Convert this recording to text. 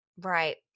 Right